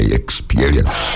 experience